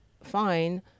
fine